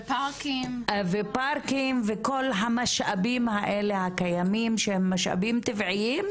ופארקים וכל המשאבים האלה הקיימים שהם משאבים טבעיים,